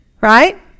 right